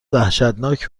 وحشتناک